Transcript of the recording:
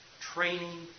training